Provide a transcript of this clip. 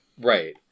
Right